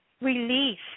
release